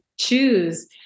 choose